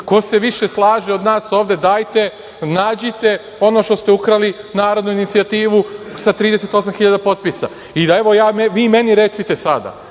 ko se više slaže od nas ovde… Dajte, nađite ono što ste ukrali, narodnu inicijativu, sa 38.000 potpisa. Evo, vi meni recite sada,